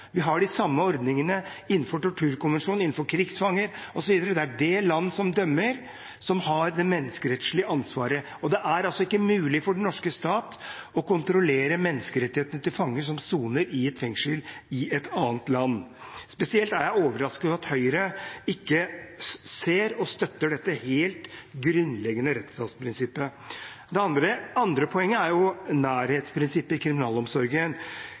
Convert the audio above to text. Vi har de samme ordningene innenfor torturkonvensjonen, for krigsfanger, osv. – det er det landet som dømmer, som har det menneskerettslige ansvaret. Det er ikke mulig for den norske stat å kontrollere menneskerettighetene til fanger som soner i et fengsel i et annet land. Spesielt er jeg overrasket over at Høyre ikke ser og støtter dette helt grunnleggende rettsstatsprinsippet. Det andre poenget er nærhetsprinsippet i kriminalomsorgen.